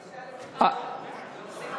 לא הספקתי.